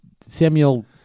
Samuel